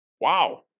wow